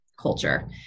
culture